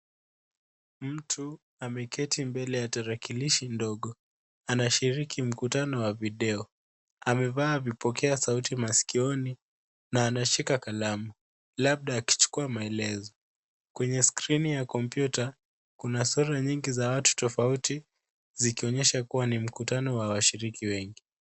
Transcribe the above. Mtu ameketi mbele ya tarakilishi ndogo. Anashirirki mkutano wa video. Amevaa vipokea sauti masikioni na anashika kalamu, labda akichukua maelezo. Kwenye skrini ya kompyuta, kuna sura nyingi za watu tofauti zikionyesha kuwa ni mkutano wa washiriki wengi.